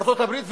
ארצות-הברית,